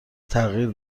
تغییر